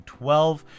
12